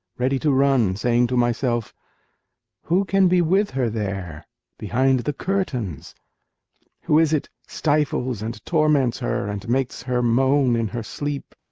ready to run, saying to myself who can be with her there behind the curtains who is it stifles and torments her and makes her moan in her sleep?